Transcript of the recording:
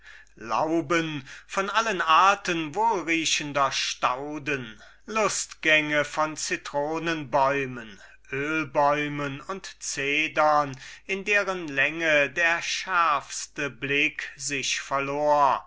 lauben von allerlei wohlriechenden stauden lust gänge von zitronen bäumen öl bäumen und zedern in deren länge der schärfste blick sich verlor